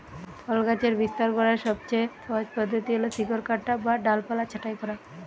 ফল গাছের বিস্তার করার সবচেয়ে সহজ পদ্ধতি হল শিকড় কাটা বা ডালপালা ছাঁটাই করা